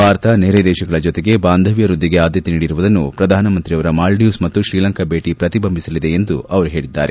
ಭಾರತ ನೆರೆ ದೇಶಗಳ ಜೊತೆಗೆ ಬಾಂಧವ್ದ ವೃದ್ದಿಗೆ ಆದ್ದತೆ ನೀಡಿರುವುದನ್ನು ಪ್ರಧಾನಮಂತ್ರಿಯವರ ಮಾಲ್ದೀವ್ಗೆ ಮತ್ತು ಶ್ರೀಲಂಕಾ ಭೇಟಿ ಪ್ರತಿಬಿಂಬಿಸಲಿದೆ ಎಂದು ಅವರು ಹೇಳಿದ್ದಾರೆ